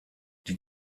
die